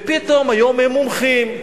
ופתאום היום הם מומחים,